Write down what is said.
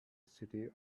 city